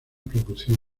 producción